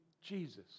Jesus